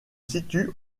situe